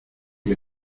que